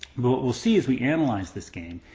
but what we'll see as we analyze this game,